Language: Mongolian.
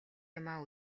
юмаа